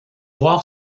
voir